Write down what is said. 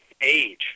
age